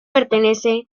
pertenece